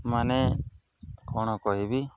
ମାନେ କ'ଣ କହିବି